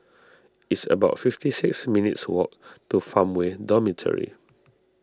it's about fifty six minutes' walk to Farmway Dormitory